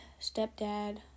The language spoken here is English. stepdad